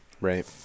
Right